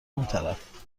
اونطرف